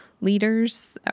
leaders